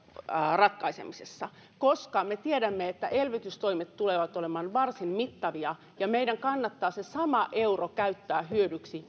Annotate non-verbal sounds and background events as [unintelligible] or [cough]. ratkaisemisessa koska me tiedämme että elvytystoimet tulevat olemaan varsin mittavia ja meidän kannattaa se sama euro käyttää hyödyksi [unintelligible]